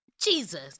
Jesus